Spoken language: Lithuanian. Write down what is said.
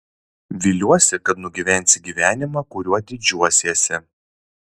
viliuosi kad nugyvensi gyvenimą kuriuo didžiuosiesi